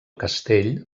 castell